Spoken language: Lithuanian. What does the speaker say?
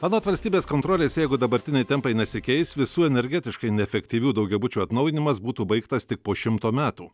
anot valstybės kontrolės jeigu dabartiniai tempai nesikeis visų energetiškai neefektyvių daugiabučių atnaujinimas būtų baigtas tik po šimto metų